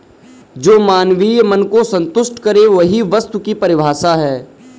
जो मानवीय मन को सन्तुष्ट करे वही वस्तु की परिभाषा है